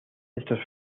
estos